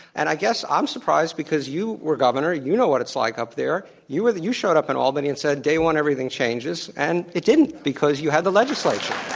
and i guess, i'm surprised because you were governor. you know what it's like up there. you were the, you showed up in albany and said, day one everything changes. and it didn't because you had the legislature.